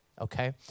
Okay